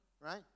Right